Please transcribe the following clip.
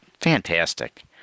fantastic